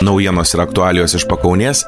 naujienos ir aktualijos iš pakaunės